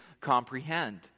comprehend